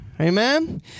amen